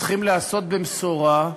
צריכה להיעשות במשורה.